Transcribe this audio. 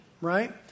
right